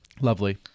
lovely